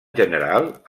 general